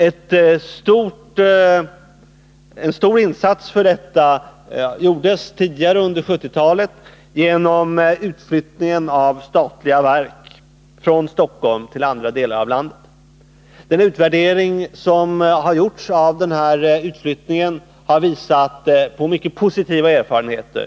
En stor insats i detta arbete gjordes under 1970-talet genom utflyttningen av statliga verk från Stockholm till andra delar av landet. Den utvärdering som har gjorts av denna utflyttning har visat på mycket positiva erfarenheter.